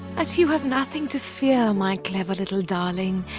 as you have nothing to fear, my clever little darling.